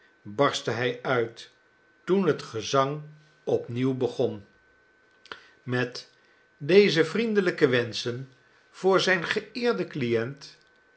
barstte hij uit toen het gezang opnieuw begon met deze vriendelijke wenschen voor zijn geeerden client